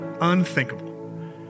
unthinkable